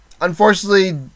Unfortunately